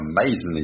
amazingly